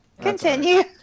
continue